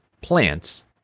plants